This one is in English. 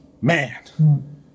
Man